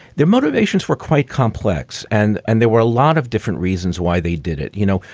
their motivations were quite complex. and and there were a lot of different reasons why they did it. you know,